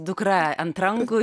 dukra ant rankų